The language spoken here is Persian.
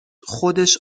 خودش